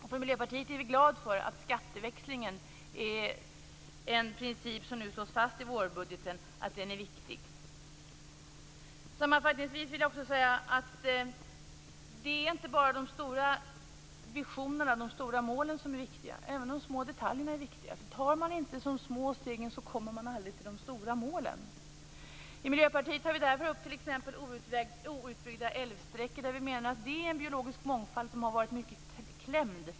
I Miljöpartiet är vi glada för att det i vårbudgeten slås fast att skatteväxlingen är en princip som är viktig. Sammanfattningsvis vill jag också säga att det inte bara är de stora visionerna och de stora målen som är viktiga. Även de små detaljerna är viktiga. Tar man inte de små stegen kommer man aldrig till de stora målen. I Miljöpartiet tar vi därför upp t.ex. outbyggda älvsträckor, där vi menar att det finns en biologisk mångfald som har varit mycket klämd.